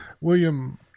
William